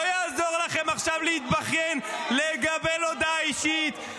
לא יעזור לכם עכשיו להתבכיין, לקבל הודעה אישית.